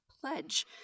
pledge